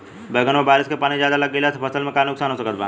बैंगन पर बारिश के पानी ज्यादा लग गईला से फसल में का नुकसान हो सकत बा?